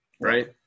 right